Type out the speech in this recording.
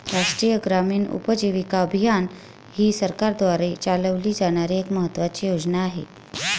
राष्ट्रीय ग्रामीण उपजीविका अभियान ही सरकारद्वारे चालवली जाणारी एक महत्त्वाची योजना आहे